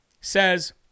says